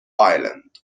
island